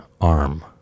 Arm